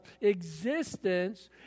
existence